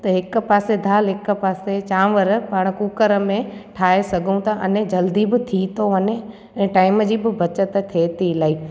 त हिकु पासे दाल हिकु पासे चांवर पाण कुकर में ठाहे सघूं था अने जल्दी बि थी थो वञे ऐं टाइम जी बि बचति थिए थी इलाही